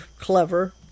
clever